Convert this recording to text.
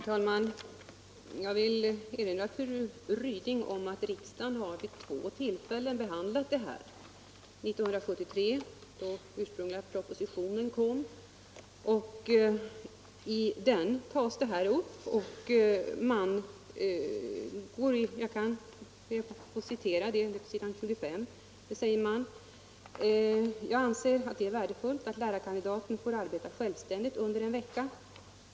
Herr talman! Jag vill erinra fru Ryding om att riksdagen vid två tillfällen Om vidgad rätt till behandlat denna fråga. 1973 lades den ursprungliga propositionen. I den = vikariatsersättning citerar jag på s. 25: ”Jag anser att det är värdefullt att lärarkandidaten = för ämneslärarkanfår arbeta självständigt under en vecka.